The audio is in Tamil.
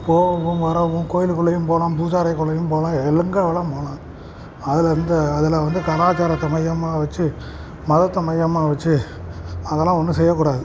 போகவும் வரவும் கோயிலுக்குள்ளேயும் போகலாம் பூஜை அறைக்குள்ளயும் போகலாம் எங்கே வேணால் போகலாம் அதில் எந்த அதில் வந்து கலாச்சாரத்தை மையமாக வச்சு மதத்தை மையமாக வச்சு அதல்லாம் ஒன்றும் செய்யக்கூடாது